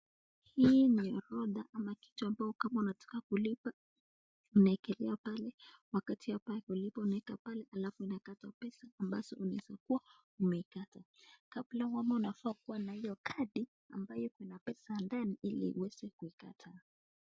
Hii ni roda ama kitu ambacho kama unataka kulipa unaekelea pale. Wakati hapa kulipa unaeka pale alafu inakatwa pesa ambazo unaweza kuwa umeikata. Kabla huwama inafaa kuwa na hiyo kadi ambayo iko na pesa ndani ili iweze kuikata.